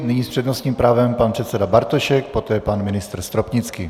Nyní s přednostním právem pan předseda Bartošek, poté pan ministr Stropnický.